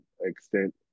extent